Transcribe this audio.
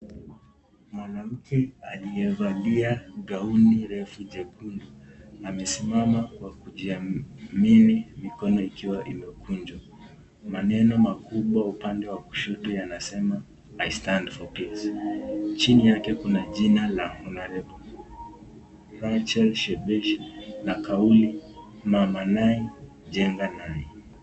Mwanamke aliyevalia gauni refu jekundu amesimama kwa kujiamini mikono ikiwa imekunjwa, maneno makubwa upande wa kushoto yanasema I stand for peace chini yake kuna jina ya Hon. Rachael Shebesh na kauli mama nai jenga nai.